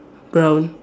brown